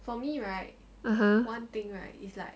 (uh huh)